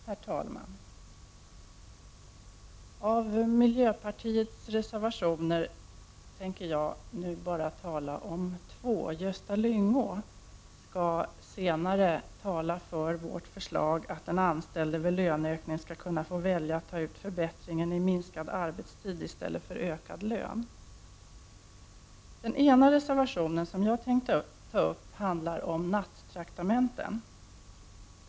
Herr talman! Av miljöpartiets reservationer tänker jag nu bara tala om två. Gösta Lyngå skall senare tala för vårt förslag att den anställde vid löneökning skall kunna få välja att ta ut förbättringen i minskad arbetstid i stället för ökad lön. Den ena reservationen som jag tänkte ta upp handlar om nattraktamenten.